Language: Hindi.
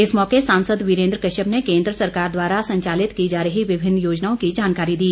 इस मौके सांसद वीरेन्द्र कश्यप ने केंद्र सरकार द्वारा संचालित की जा रही विभिन्न योजनाओं की जानकारी दी